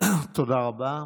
תודה רבה.